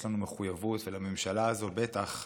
יש לנו מחויבות, ולממשלה הזו בטח,